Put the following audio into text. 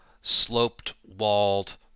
sloped-walled